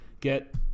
get